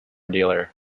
dealer